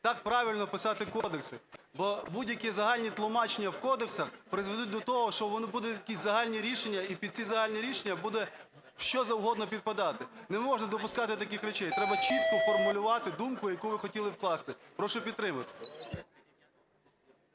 Так правильно писати кодекси, бо будь-які загальні тлумачення в кодексах призведуть до того, що будуть якісь загальні рішення, і під ці загальні рішення буде що завгодно підпадати. Не можна допускати таких речей, треба чітко формулювати думку, яку ви хотіли вкласти. Прошу підтримати.